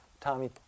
tommy